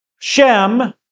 Shem